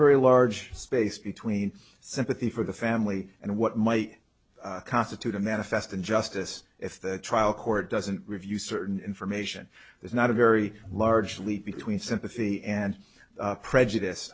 very large space between sympathy for the family and what might constitute a manifest injustice if the trial court doesn't review certain information there's not a very large leap between sympathy and prejudice